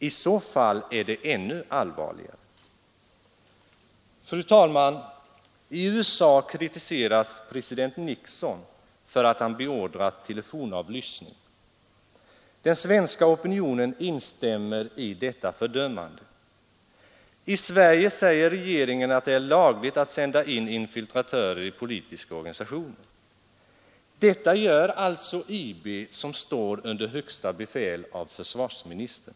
I så fall är det ännu allvarligare. Fru talman! I USA kritiseras president Nixon för att han beordrat telefonavlyssning. Den svenska opinionen instämmer i detta fördömande. I Sverige säger regeringen att det är lagligt att sända in infiltratörer i Ang. den s.k. politiska organisationer. informationsbyråns Detta gör alltså IB som står under högsta befäl av försvarsministern.